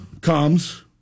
comes